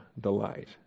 delight